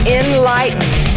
enlightened